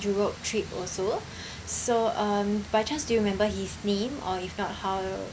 europe trip also so um by chance do you remember his name or if not how